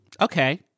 okay